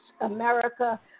America